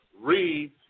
read